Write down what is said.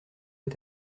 est